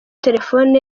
terefone